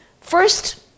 First